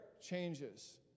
changes